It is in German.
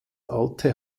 alte